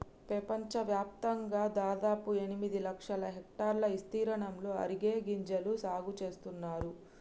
పెపంచవ్యాప్తంగా దాదాపు ఎనిమిది లక్షల హెక్టర్ల ఇస్తీర్ణంలో అరికె గింజల సాగు నేస్తున్నారు